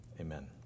Amen